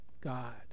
God